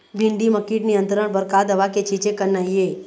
भिंडी म कीट नियंत्रण बर का दवा के छींचे करना ये?